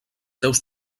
seus